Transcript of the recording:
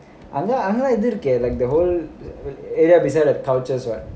ஆனா ஆனா இது இருக்கே ரெண்டு:aanaa aanaa idhu irukkae rendu like the whole area presents the cultures [what]